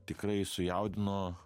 tikrai sujaudino